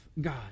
God